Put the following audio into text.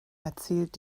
erzählt